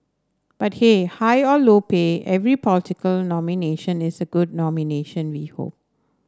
but hey high or low pay every political nomination is a good nomination we hope